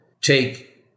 take